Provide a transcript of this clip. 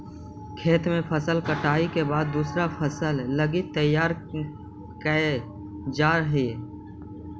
खेत के फसल कटाई के बाद दूसर फसल लगी तैयार कैल जा हइ